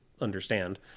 understand